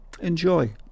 Enjoy